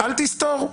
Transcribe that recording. אל תסתור.